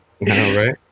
right